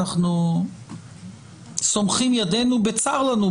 אנחנו סומכים ידינו בצר לנו,